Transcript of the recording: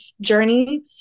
journey